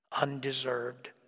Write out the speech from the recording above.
undeserved